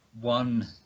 one